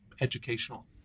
educational